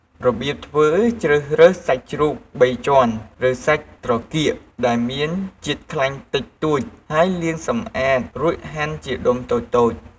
របៀបធ្វើ ជ្រើសរើសសាច់ជ្រូកបីជាន់ ឬសាច់ត្រគាកដែលមានជាតិខ្លាញ់តិចតួច ហើយលាងសម្អាត រួចហាន់ជាដុំតូចៗ។